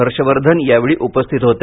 हर्षवर्धन यावेळी उपस्थित होते